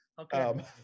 Okay